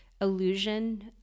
illusion